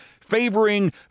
favoring